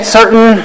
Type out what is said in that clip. certain